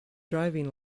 driving